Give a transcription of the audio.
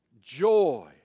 joy